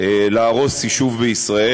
להרוס יישוב בישראל,